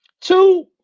two